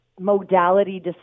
modality